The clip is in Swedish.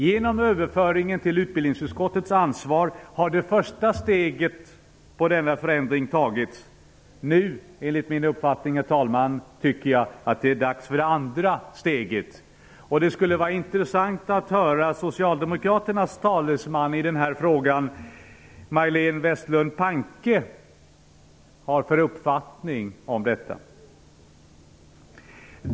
Genom överföringen till utbildningsutskottets ansvarsområde har det första steget i denna förändring tagits. Nu, herr talman, är det enligt min uppfattning dags för det andra steget. Det skulle vara intressant att höra vad Socialdemokraternas talesman i den här frågan, Majléne Westerlund Panke, har för uppfattning om detta.